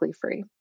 free